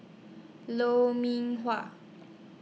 Lou Mee Wah